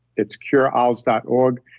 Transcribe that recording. it's curealz dot org,